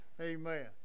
Amen